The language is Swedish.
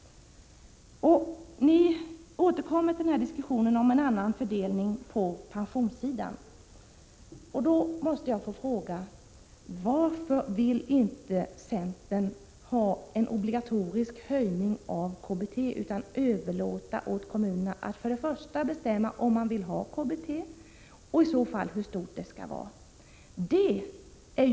Centern återkommer också till diskussionen om en annan fördelning när det gäller pensionärerna. Då måste jag få fråga: Varför vill inte centern ha en obligatorisk höjning av KBT utan överlåter åt kommunerna att bestämma för det första om de vill ha KBT och för det andra hur stort detta i så fall skall vara?